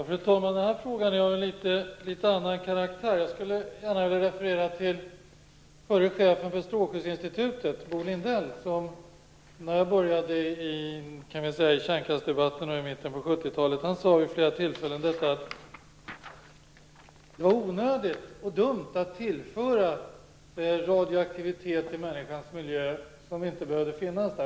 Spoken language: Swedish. Fru talman! Den här frågan är av litet annan karaktär. Jag skulle vilja referera till Bo Lindell, chef för strålskyddsinstitutet när jag började i kärnkraftsdebatten i mitten av 70-talet. Han sade vid flera tillfällen att det var onödigt och dumt att tillföra radioaktivitet till människans miljö som inte behöver finnas där.